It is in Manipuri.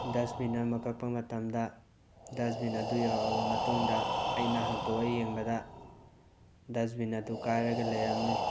ꯗꯁꯕꯤꯟ ꯑꯃ ꯀꯛꯄ ꯃꯇꯝꯗ ꯗꯁꯕꯤꯟ ꯑꯗꯨ ꯌꯧꯔꯛꯑꯕ ꯃꯇꯨꯡꯗ ꯑꯩꯅ ꯍꯥꯡꯇꯣꯛꯑ ꯌꯦꯡꯕꯗ ꯗꯁꯕꯤꯟ ꯑꯗꯨ ꯀꯥꯏꯔꯒ ꯂꯩꯔꯝꯃꯤ